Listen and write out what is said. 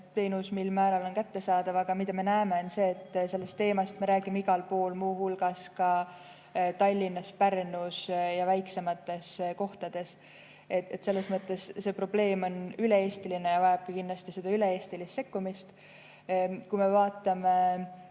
teenus mil määral on kättesaadav. Aga mida me näeme, on see, et sellest teemast me räägime igal pool, muu hulgas Tallinnas, Pärnus ja väiksemates kohtades. Selles mõttes see probleem on üle-eestiline ja vajabki kindlasti üle‑eestilist sekkumist. Kui me vaatame